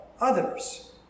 others